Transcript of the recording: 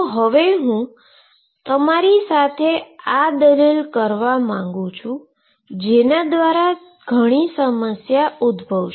તો હવે હુ તમારી સાથે એ દલીલ કરવા માંગુ છું કે જેના દ્વારા ઘણી સમસ્યા ઉદભવશે